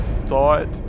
thought